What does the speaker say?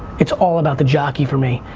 it's all about the jockey for me.